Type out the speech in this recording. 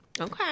Okay